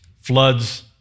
Floods